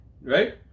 Right